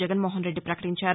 జగన్మోహన్రెడ్డి పకటించారు